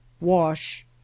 wash